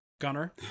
Gunner